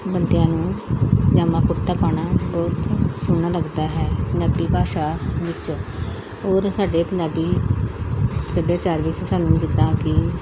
ਬੰਦਿਆਂ ਨੂੰ ਪਜਾਮਾ ਕੁੜਤਾ ਪਾਉਣਾ ਬਹੁਤ ਸੋਹਣਾ ਲੱਗਦਾ ਹੈ ਪੰਜਾਬੀ ਭਾਸ਼ਾ ਵਿੱਚ ਔਰ ਸਾਡੇ ਪੰਜਾਬੀ ਸੱਭਿਆਚਾਰ ਵਿੱਚ ਸਾਨੂੰ ਜਿੱਦਾਂ ਕਿ